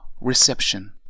Reception